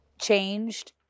changed